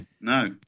No